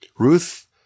Ruth